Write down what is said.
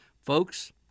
Folks